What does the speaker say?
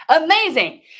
Amazing